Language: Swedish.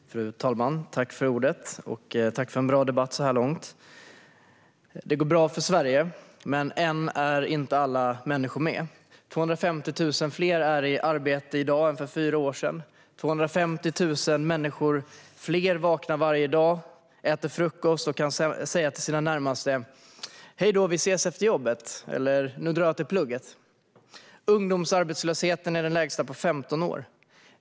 Fru talman! Jag vill tacka för en bra debatt så här långt. Det går bra för Sverige, men än är inte alla människor med. I dag är 250 000 fler i arbete än för fyra år sedan. 250 000 fler människor vaknar varje dag, äter frukost och kan säga till de närmaste "Hej då, vi ses efter jobbet!" eller "Nu drar jag till plugget". Ungdomsarbetslösheten är den lägsta på 15 år.